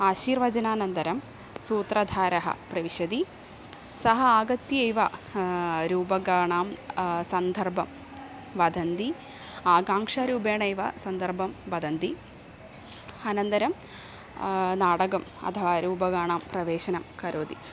आशीर्वाचनानन्तरं सूत्रधारः प्रविशतिः सः आगत्यैव रूपकाणां सन्दर्भं वदन्ति आकाङ्क्षारूपेणैव सन्दर्भं वदन्ति अनन्तरं नाटकम् अथवा रूपकाणां प्रवेशं करोति